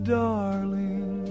darling